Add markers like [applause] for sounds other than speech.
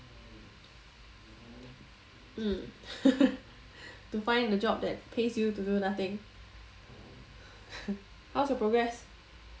mm [laughs] to find a job that pays you to do nothing how's your progress